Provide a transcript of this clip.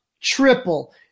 triple